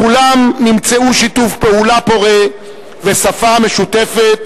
בכולם נמצאו שיתוף פעולה פורה ושפה משותפת